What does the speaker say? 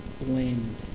blend